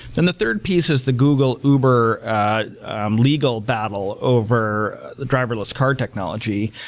and the third piece is the google-uber legal battle over the driverless car technology.